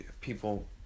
people